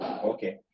okay